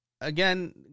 again